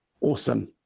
Awesome